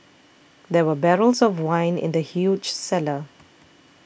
there were barrels of wine in the huge cellar